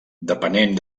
depenent